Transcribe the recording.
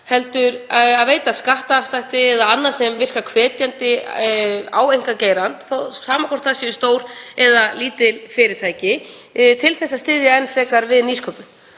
með því að veita skattafslætti eða annað sem virkar hvetjandi á einkageirann, sama hvort um er að ræða stór eða lítil fyrirtæki, til þess að styðja enn frekar við nýsköpun.